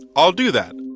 i'll do that.